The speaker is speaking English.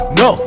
no